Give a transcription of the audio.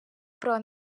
про